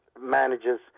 manages